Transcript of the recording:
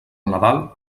nadal